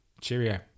Cheerio